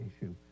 issue